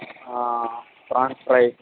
prawns fry